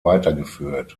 weitergeführt